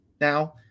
now